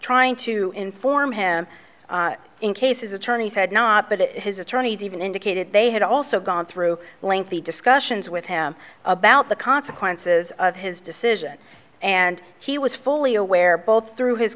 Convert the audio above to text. trying to inform him in cases attorneys had not but his attorneys even indicated they had also gone through lengthy discussions with him about the consequences of his decision and he was fully aware both through his